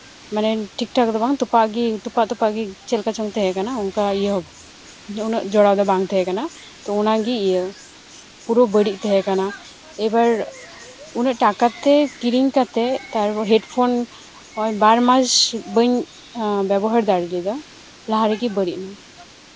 ᱢᱟᱱᱮ ᱴᱷᱤᱠ ᱴᱷᱟᱠ ᱫᱚ ᱵᱟᱝ ᱛᱚᱯᱟᱜ ᱜᱮ ᱛᱚᱯᱟᱜ ᱜᱮ ᱪᱮᱫ ᱞᱮᱠᱟ ᱪᱚᱝ ᱛᱟᱦᱮᱸ ᱠᱟᱱᱟ ᱚᱱᱠᱟ ᱤᱭᱟᱹ ᱩᱱᱟᱹᱜ ᱡᱚᱲᱟ ᱫᱚ ᱵᱟᱝ ᱛᱟᱦᱮᱸ ᱠᱟᱱᱟ ᱛᱚ ᱚᱱᱟᱜᱮ ᱤᱭᱟᱹ ᱯᱩᱨᱟᱹ ᱵᱟᱹᱲᱤᱡ ᱛᱟᱦᱮᱸ ᱠᱟᱱᱟ ᱮᱭᱵᱟᱨ ᱩᱱᱟᱹᱜ ᱴᱟᱠᱟᱛᱮ ᱠᱤᱨᱤᱧ ᱠᱟᱛᱮ ᱦᱮᱰᱯᱷᱳᱱ ᱵᱟᱨ ᱢᱟᱥ ᱵᱟᱹᱧ ᱵᱮᱵᱚᱦᱟᱨ ᱫᱟᱲᱮ ᱞᱮᱫᱟ ᱞᱟᱦᱟ ᱨᱮᱜᱮ ᱵᱟᱹᱲᱤᱡ ᱮᱱᱟ